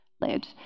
led